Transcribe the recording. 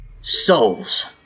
souls